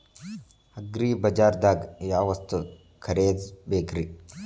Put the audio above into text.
ಅಗ್ರಿಬಜಾರ್ದಾಗ್ ಯಾವ ವಸ್ತು ಖರೇದಿಸಬೇಕ್ರಿ?